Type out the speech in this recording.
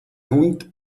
hund